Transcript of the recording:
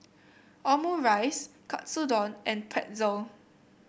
Omurice Katsudon and Pretzel